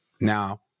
now